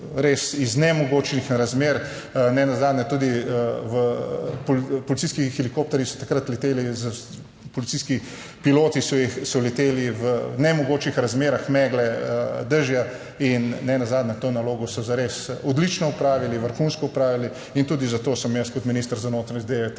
res iz nemogočih razmer, nenazadnje tudi v policijski helikopterji so takrat leteli, policijski piloti jih so leteli v nemogočih razmerah megle, dežja. In nenazadnje to nalogo so zares odlično opravili, vrhunsko opravili in tudi zato sem jaz kot minister za notranje zadeve